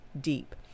deep